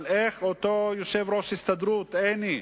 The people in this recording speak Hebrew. אבל איך יושב-ראש ההסתדרות, עיני,